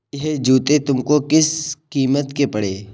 यह जूते तुमको किस कीमत के पड़े?